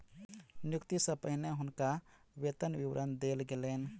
नियुक्ति सॅ पहिने हुनका वेतन विवरण देल गेलैन